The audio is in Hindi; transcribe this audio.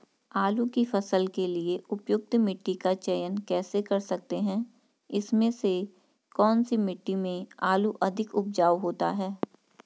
आलू की फसल के लिए उपयुक्त मिट्टी का चयन कैसे कर सकते हैं इसमें से कौन सी मिट्टी में आलू अधिक उपजाऊ होता है?